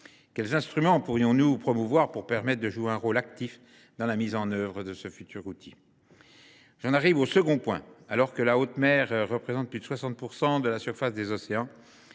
Quels instruments pourrions nous promouvoir pour permettre à ces territoires de jouer un rôle actif dans la mise en œuvre de ce futur outil ? J’en arrive à mon second point : alors que la haute mer représente plus de 60 % de la surface des océans